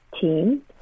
team